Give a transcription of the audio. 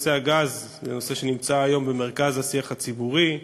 הגז זה נושא שנמצא היום במרכז השיח הציבורי.